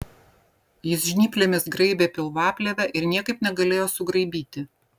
jis žnyplėmis graibė pilvaplėvę ir niekaip negalėjo sugraibyti